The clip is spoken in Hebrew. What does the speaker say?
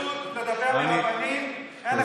אין